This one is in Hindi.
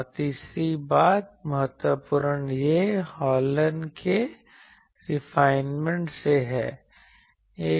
और तीसरी बात महत्वपूर्ण है यह हॉलन के रिफाईनमेंट से है